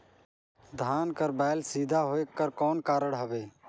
धान कर बायल सीधा होयक कर कौन कारण हवे?